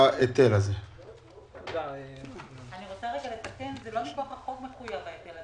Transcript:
ההיטל הזה לא מחויב מכוח החוק.